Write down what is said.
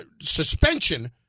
suspension